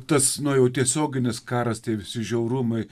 tas na jau tiesioginis karas tie visi žiaurumai